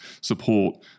support